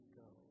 go